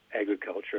agriculture